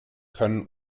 können